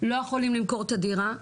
לא יכולים למכור את הדירה,